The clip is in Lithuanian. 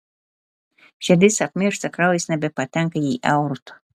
širdis apmiršta kraujas nebepatenka į aortą